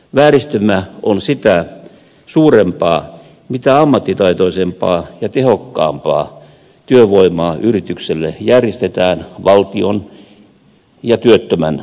vääristymä on sitä suurempaa mitä ammattitaitoisempaa ja tehokkaampaa työvoimaa yritykselle järjestetään valtion ja työttömän kustannuksella